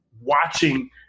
watching